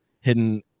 hidden